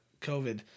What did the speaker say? COVID